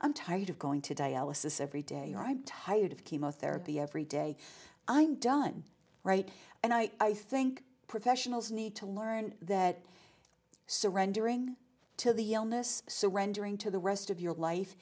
i'm tired of going to dialysis every day i'm tired of chemotherapy every day i'm done right and i think professionals need to learn that surrendering to the surrendering to the rest of your life